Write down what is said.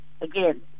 again